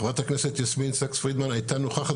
חברת הכנסת יסמין סאקס פרידמן הייתה נוכחת